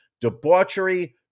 debauchery